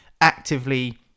actively